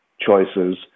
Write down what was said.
choices